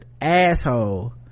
asshole